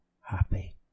happy